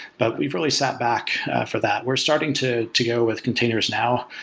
but we've really set back for that. we're starting to to go with containers now.